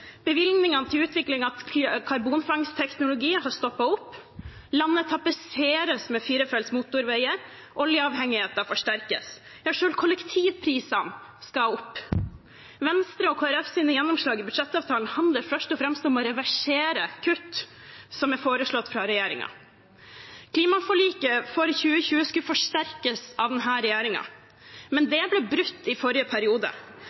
Bevilgningene til utvikling av karbonfangstteknologi har stoppet opp. Landet tapetseres med firefelts motorveier. Oljeavhengigheten forsterkes. Ja, selv kollektivprisene skal opp. Venstre og Kristelig Folkepartis gjennomslag i budsjettavtalen handler først og fremst om å reversere kutt som er foreslått av regjeringen. Klimaforliket for 2020 skulle forsterkes av denne regjeringen, men det ble brutt i forrige periode.